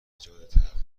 ایجاد